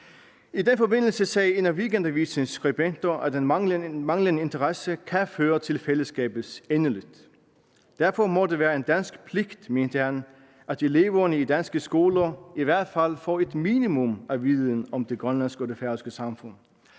I den forbindelse sagde en af Weekendavisens skribenter, at den manglende interesse kan føre til fællesskabets endeligt. Derfor må det være en dansk pligt, mente han, at eleverne i danske skoler i hvert fald får et minimum af viden om det grønlandske og det færøske samfund.